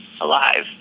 alive